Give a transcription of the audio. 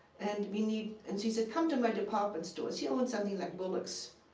and we need and he said, come to my department stores. he owned something like bullock's.